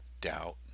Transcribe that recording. doubt